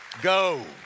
Go